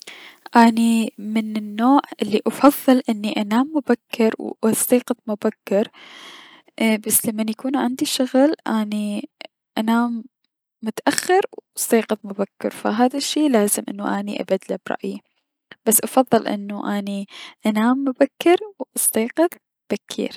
اني من النوع الي افضل اني انام مبكر و استيقظ مبكلراي بس لمن يكون عندي شغل، اني انام متأخر و استيقظ مبكر فهذا الشي لازم انو ابدله برأيي بس افضل انو اني انام مبكر و استيقظ بكير.